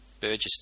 Burgess